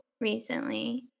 recently